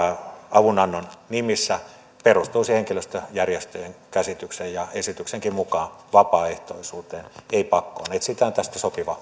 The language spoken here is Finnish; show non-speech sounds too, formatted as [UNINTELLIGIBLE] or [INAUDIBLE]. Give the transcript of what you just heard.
avunannon nimissä perustuisi henkilöstöjärjestöjen käsityksen ja esityksenkin mukaan vapaaehtoisuuteen ei pakkoon etsitään tästä sopiva [UNINTELLIGIBLE]